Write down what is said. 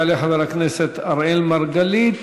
יעלה חבר הכנסת אראל מרגלית,